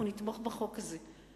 אנחנו נתמוך בחוק הזה,